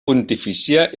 pontifícia